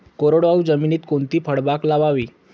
कोरडवाहू जमिनीत कोणती फळबाग लावावी?